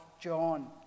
John